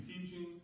teaching